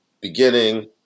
beginning